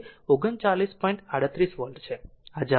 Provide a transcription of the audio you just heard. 38 volt છે આ જવાબો છે